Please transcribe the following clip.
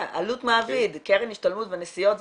עלות מעביד קרן השתלמות ונסיעות זה